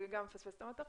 זה מפספס את המטרה.